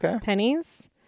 pennies